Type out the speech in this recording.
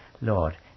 Lord